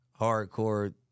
hardcore